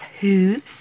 hooves